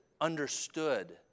understood